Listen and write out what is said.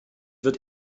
wird